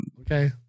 Okay